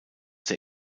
der